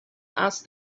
asked